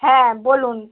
হ্যাঁ বলুন